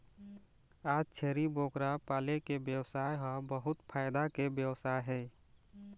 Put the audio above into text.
आज छेरी बोकरा पाले के बेवसाय ह बहुत फायदा के बेवसाय हे